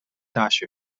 大学